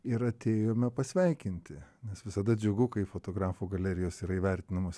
ir atėjome pasveikinti nes visada džiugu kai fotografo galerijos yra įvertinamos